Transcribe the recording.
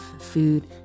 food